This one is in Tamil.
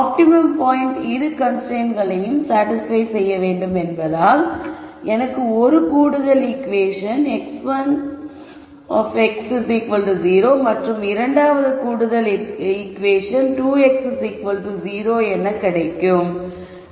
ஆப்டிமம் பாயிண்ட் இரு கன்ஸ்ரைன்ட்களையும் சாடிஸ்பய் செய்ய வேண்டும் என்பதால் எனக்கு ஒரு கூடுதல் ஈகுவேஷன் x1x0 மற்றும் இரண்டாவது கூடுதல் ஈகுவேஷன் 2x0 கிடைக்கும்